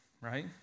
right